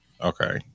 Okay